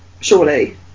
surely